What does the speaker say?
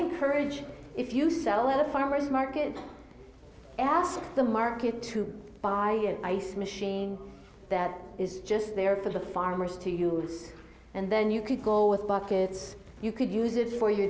encourage if you sell at the farmers market and ask the market to buy ice machine that is just there for the farmers to use and then you could go with buckets you could use it for your